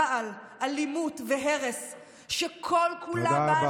רעל, אלימות והרס, שכל-כולה, תודה רבה.